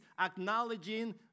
acknowledging